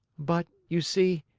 but, you see,